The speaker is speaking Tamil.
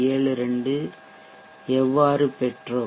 72 ஐ எவ்வாறு பெற்றோம்